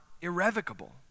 irrevocable